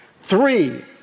Three